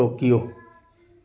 Tokyo